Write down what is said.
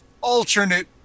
alternate